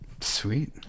Sweet